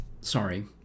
sorry